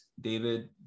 David